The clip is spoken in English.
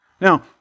Now